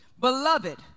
beloved